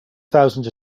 thousand